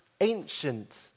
ancient